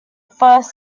first